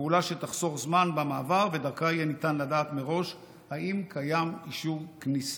פעולה שתחסוך זמן במעבר ודרכה יהיה ניתן לדעת מראש אם קיים אישור כניסה.